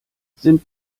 sind